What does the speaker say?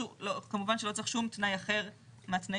כמובן שלא צריך שום תנאי אחר מהתנאים